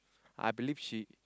I believe she